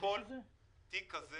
לכל תיק כסה